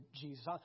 Jesus